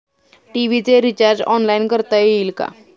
TV चे recharge online करता येईल का?